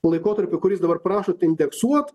laikotarpio kuris dabar prašot indeksuoti